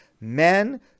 men